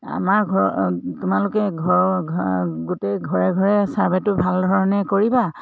আমাৰ ঘৰ তোমালোকে ঘৰৰ ঘৰ গোটেই ঘৰে ঘৰে চাৰ্ভেটো ভাল ধৰণে কৰিবা